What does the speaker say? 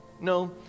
No